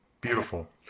beautiful